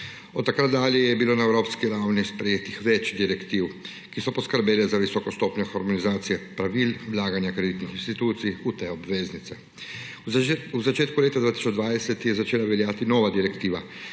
Od takrat dalje je bilo na evropski ravni sprejetih več direktiv, ki so poskrbele za visoko stopnjo harmonizacije pravil, vlaganje kreditnih institucij v te obveznice. V začetku leta 2020 je začela veljati nova direktiva,